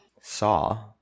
saw